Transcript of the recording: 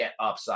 GetUpside